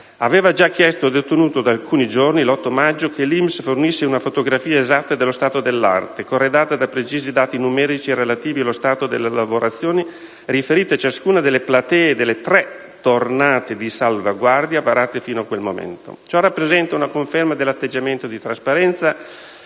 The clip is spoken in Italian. aveva già chiesto ed ottenuto da alcuni giorni (l'8 maggio) che l'INPS fornisse una fotografia esatta dello stato dell'arte, corredata da precisi dati numerici relativi allo stato delle lavorazioni riferite a ciascuna delle platee delle tre tornate di salvaguardia varate fino a quel momento. Ciò rappresenta una conferma dell'atteggiamento di trasparenza